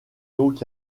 donc